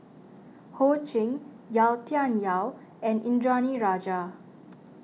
Ho Ching Yau Tian Yau and Indranee Rajah